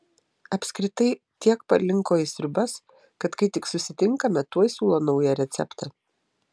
apskritai tiek palinko į sriubas kad kai tik susitinkame tuoj siūlo naują receptą